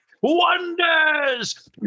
wonders